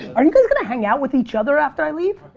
are you guys gonna hang out with each other after i leave?